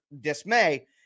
dismay